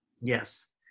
Yes